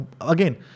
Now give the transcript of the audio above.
Again